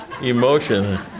emotion